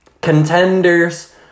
contenders